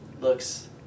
looks